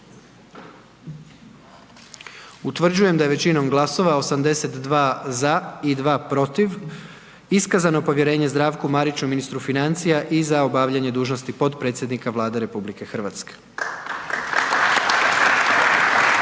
Utvrđujem da je većinom glasova, 82 ZA i 2 PROTIV, iskazano povjerenje Zdravku Mariću, ministru financija i za obavljanje dužnosti potpredsjednika Vlade Republike Hrvatske.